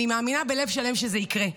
אני מאמינה בלב שלם שזה יקרה.